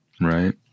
Right